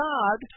God